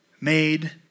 made